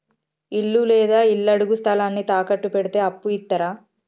ఇల్లు లేదా ఇళ్లడుగు స్థలాన్ని తాకట్టు పెడితే అప్పు ఇత్తరా?